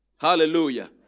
Hallelujah